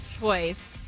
choice